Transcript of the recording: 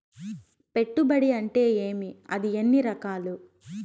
పెట్టుబడి అంటే ఏమి అది ఎన్ని రకాలు